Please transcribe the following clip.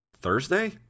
Thursday